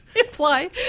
Apply